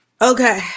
okay